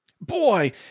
Boy